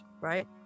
right